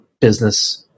business